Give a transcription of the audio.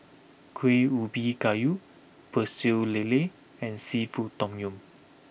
Kuih Ubi Kayu Pecel Lele and Seafood Tom Yum